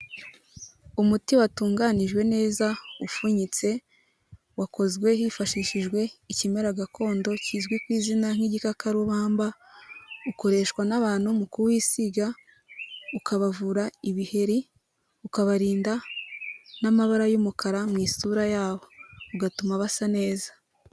Umuti watunganijwe neza, ufunyitse, wakozwe hifashishijwe ikimera gakondo kizwi ku izina nk'igikakarubamba, ukoreshwa n'abantu mu kuwisiga, ukabavura ibiheri, ukabarinda n'amabara y'umukara mu isura yabo, ugatuma basa neza.